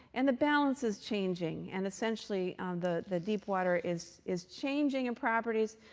and the balance is changing. and essentially, the the deep water is is changing in properties.